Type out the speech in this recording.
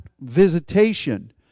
visitation